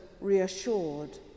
reassured